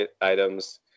Items